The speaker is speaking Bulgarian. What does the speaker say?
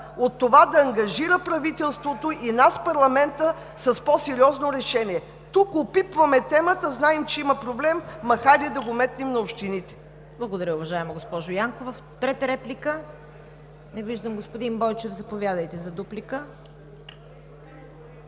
от това да ангажира правителството, и нас – парламента, с по-сериозно решение. Тук опипваме темата, знаем, че има проблем, ама хайде да го метнем на общините. ПРЕДСЕДАТЕЛ ЦВЕТА КАРАЯНЧЕВА: Благодаря, уважаема госпожо Янкова. Трета реплика? Не виждам. Господин Бойчев, заповядайте за дуплика.